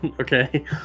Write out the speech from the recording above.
Okay